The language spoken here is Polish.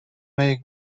mej